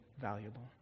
valuable